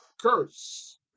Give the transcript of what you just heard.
curse